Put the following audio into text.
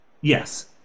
Yes